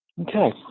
Okay